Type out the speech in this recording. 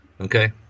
Okay